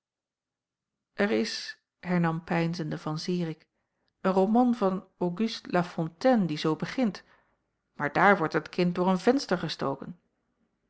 er is hernam peinzende van zirik een roman van august lafontaine die zoo begint maar daar wordt het kind door een venster gestoken